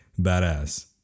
badass